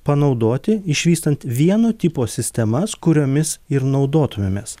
panaudoti išvystant vieno tipo sistemas kuriomis ir naudotumėmės